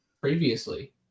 previously